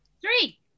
Three